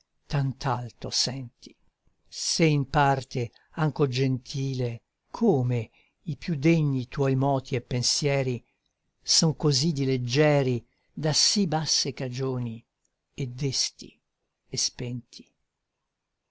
tant'alto senti se in parte anco gentile come i più degni tuoi moti e pensieri son così di leggeri da sì basse cagioni e desti e spenti